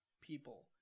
people